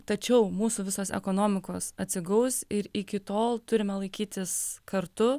tačiau mūsų visos ekonomikos atsigaus ir iki tol turime laikytis kartu